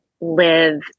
live